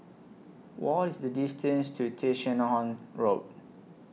What IS The distance to Tessensohn Road